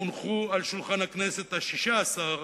הונחו על שולחן הכנסת השש-עשרה,